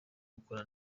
gukora